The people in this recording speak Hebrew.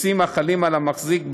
מסים החלים על המחזיק בדירה,